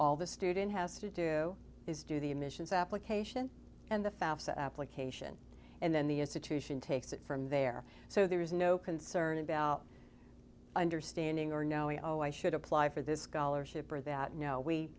all the student has to do is do the admissions application and the fafsa application and then the institution takes it from there so there is no concern about understanding or knowing oh i should apply for this scholarship or that no we